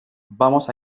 vamos